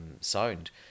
sound